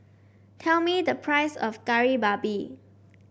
tell me the price of Kari Babi